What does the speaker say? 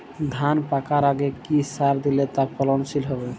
ধান পাকার আগে কি সার দিলে তা ফলনশীল হবে?